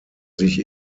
sich